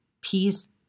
peace